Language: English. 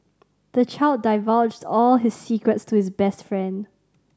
the child divulged all his secrets to his best friend